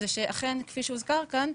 כפי שהוזכר כאן,